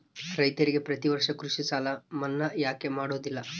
ರೈತರಿಗೆ ಪ್ರತಿ ವರ್ಷ ಕೃಷಿ ಸಾಲ ಮನ್ನಾ ಯಾಕೆ ಮಾಡೋದಿಲ್ಲ?